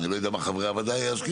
אני לא יודע אם חברי הוועדה יסכימו,